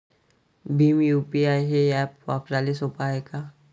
Bhim UPI हे app वापराले सोपे हाय का?